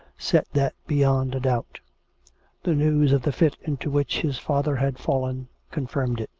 set that beyond a doubt the news of the fit into which his father had fallen con firmed it.